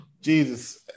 Jesus